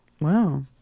Wow